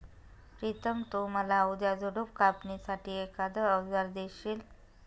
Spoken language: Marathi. प्रितम तु मला उद्या झुडप कापणी साठी एखाद अवजार देशील?